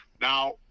now